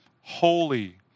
holy